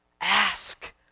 Ask